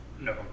No